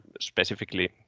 specifically